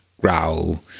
growl